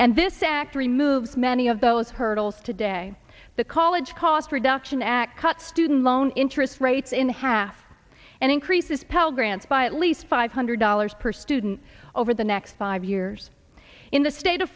and this act removes many of those hurdles today the college costs are duction act cuts student loan interest rates in half and increases pell grants by at least five hundred dollars per student over the next five years in the state of